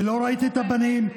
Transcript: ולא ראיתי את הבנים.